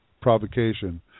provocation